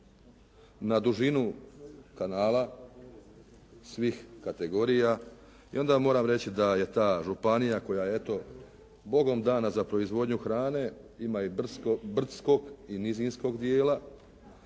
na dužinu kanala svih kategorija i onda moram reći da je ta županija koja je eto Bogom dana za proizvodnju hrane, ima i brdskog i nizinskog dijela